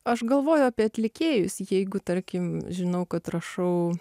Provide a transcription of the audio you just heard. aš galvoju apie atlikėjus jeigu tarkim žinau kad rašau